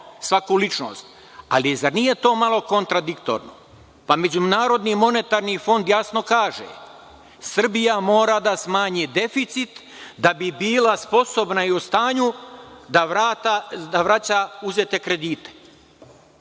Ali, zar nije to malo kontradiktorno? Pa, MMF jasno kaže – Srbija mora da smanji deficit da bi bila sposobna i u stanju da vraća uzete kredite,